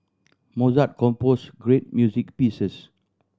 Mozart compose great music pieces